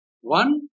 One